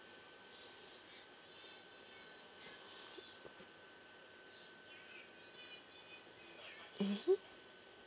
mmhmm